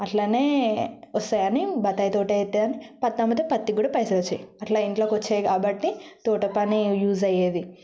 అట్లనే వస్తాయి అని బత్తాయి తోట పెట్టినం పత్తి అమ్మితే పత్తికి కూడా పైసలు వచ్చేవి అట్లా ఇంట్లోకి వచ్చేయి కాబట్టి తోట పని యూస్ అయ్యేది